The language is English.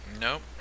Nope